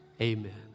amen